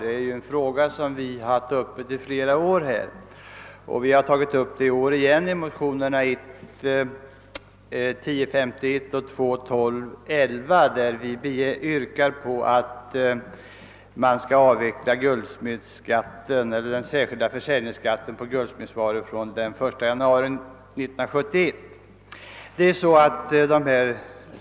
Det är en fråga som vi motionärer har haft uppe flera år, och vi har tagit upp den i år igen i motionerna I: 1051 och II: 1211, där vi yrkar att den särskilda försäljningsskatten på guldsmedsvaror måtte avvecklas från den 1 januari 1971.